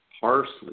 parsley